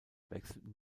wechselten